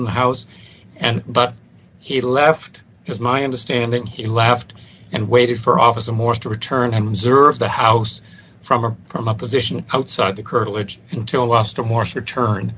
of the house and but he left his my understanding he left and waited for officer morse to return and serve the house from or from a position outside the